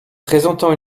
présentant